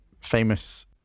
famous